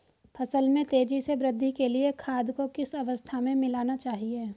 फसल में तेज़ी से वृद्धि के लिए खाद को किस अवस्था में मिलाना चाहिए?